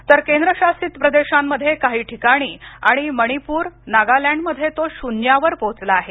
तर केंद्रशासीत प्रदेशांमध्ये काही ठिकाणी आणि मणिपूर नागालँड मध्ये तो शून्यावर पोहचला आहे